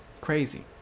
crazy